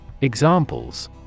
Examples